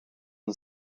and